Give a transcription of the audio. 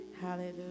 Hallelujah